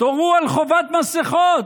תורו מינימום על חובת מסכות.